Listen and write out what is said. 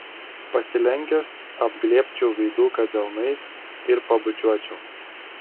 pasilenkęs apglėbčiau veiduką delnais ir pabučiuočiau